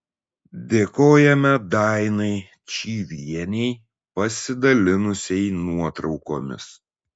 dėkojame dainai čyvienei pasidalinusiai nuotraukomis